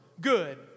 Good